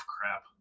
crap